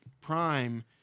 Prime